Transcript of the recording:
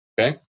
Okay